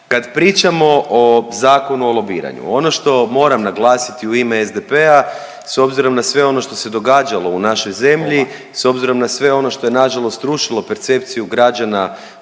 kad pričamo o Zakonu o lobiranju, ono što moram naglasiti u ime SDP-a, s obzirom na sve ono što se događalo u našoj zemlji, s obzirom na sve ono što je na žalost rušilo percepciju građana